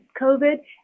COVID